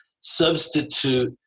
substitute